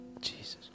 Jesus